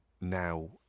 now